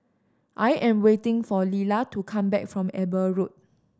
I am waiting for Lilla to come back from Eber Road